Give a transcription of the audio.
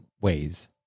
ways